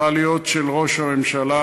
צריכה להיות של ראש הממשלה.